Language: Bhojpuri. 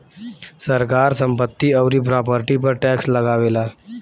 सरकार संपत्ति अउरी प्रॉपर्टी पर टैक्स लगावेला